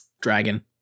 Dragon